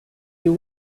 you